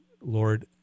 Lord